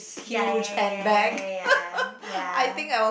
ya ya ya ya ya ya